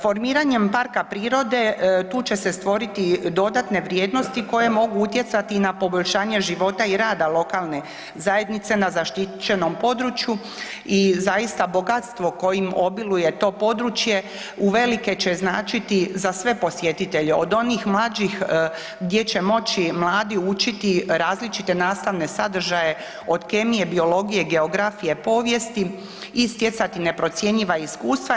Formiranjem parka prirode, tu će se stvoriti dodatne vrijednosti koje mogu utjecati i na poboljšanje života i rada lokalne zajednice na zaštićenom području i zaista, bogatstvo kojim obiluje to područje uvelike će značiti za sve posjetitelje, od onih mlađih gdje će moći mladi učiti različite nastavne sadržaje, od kemije, biologije, geografije, povijesti i stjecati neprocjenjiva iskustva.